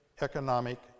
economic